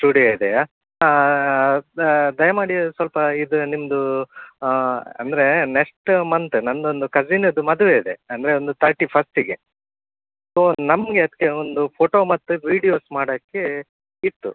studio ಇದೆಯಾ ದಯಮಾಡಿ ಅದು ಸ್ವಲ್ಪ ಇದು ನಿಮ್ದು ಅಂದ್ರೆ ನೆಕ್ಸ್ಟ್ ಮಂತ್ ನಂದು ಒಂದು ಕಸೀನದ್ದು ಮದುವೆ ಇದೆ ಅಂದರೆ ಒಂದು ತರ್ಟಿ ಫಸ್ಟಿಗೆ ಸೊ ನಮಗೆ ಅದಕ್ಕೆ ಒಂದು ಫೋಟೋ ಮತ್ತು ವೀಡಿಯೋಸ್ ಮಾಡೋಕ್ಕೆ ಇತ್ತು